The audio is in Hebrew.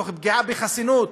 ותוך פגיעה בחסינות: